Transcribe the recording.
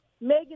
Megan